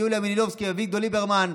יוליה מלינובסקי ואביגדור ליברמן,